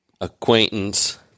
acquaintance